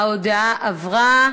ההודעה עברה.